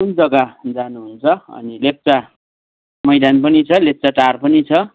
कुन जग्गा जानुहुन्छ अनि लेप्चा मैदान पनि छ लेप्चा टार पनि छ